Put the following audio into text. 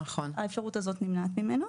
האפשרות הזאת נמנעת ממנו.